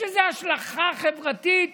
יש לזה השלכה חברתית